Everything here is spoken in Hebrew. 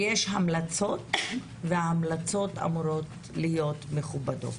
ויש המלצות והן אמורות להיות מכובדות.